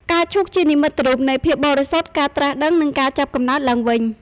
ផ្កាឈូកជានិមិត្តរូបនៃភាពបរិសុទ្ធ ការត្រាស់ដឹង និងការចាប់កំណើតឡើងវិញ។